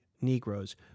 Negroes